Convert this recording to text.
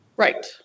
Right